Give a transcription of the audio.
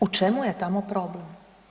U čemu je tamo problem?